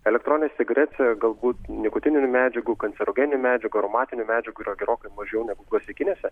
elektroninės cigaretė galbūt nikotininių medžiagų kancerogeninių medžiagų aromatinių medžiagų yra gerokai mažiau negu klasikinėse